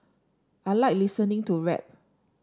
I like listening to rap